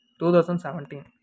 2017